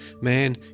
Man